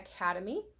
Academy